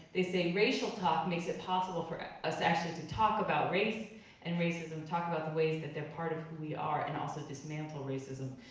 they say racial talk makes it possible for us actually to talk about race and racism, talk about the ways that they're part of who we are and also dismantle racism.